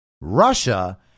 Russia